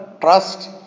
trust